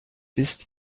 wisst